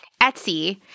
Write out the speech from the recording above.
Etsy